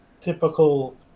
typical